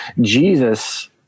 Jesus